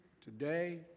today